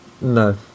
No